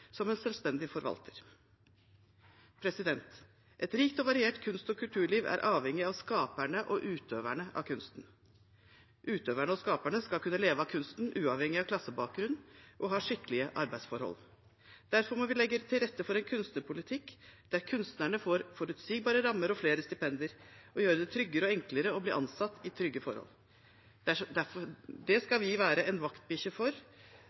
som en selvstendig forvalter. Et rikt og variert kunst- og kulturliv er avhengig av skaperne og utøverne av kunsten. Utøverne og skaperne skal kunne leve av kunsten uavhengig av klassebakgrunn, og ha skikkelige arbeidsforhold. Derfor må vi legge til rette for en kunstnerpolitikk der kunstnerne får forutsigbare rammer og flere stipender, og gjøre det tryggere og enklere å bli ansatt i trygge forhold. Vi skal være en vaktbikkje for